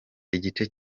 igice